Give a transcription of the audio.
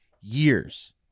years